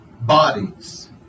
bodies